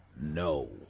no